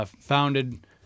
Founded